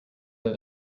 that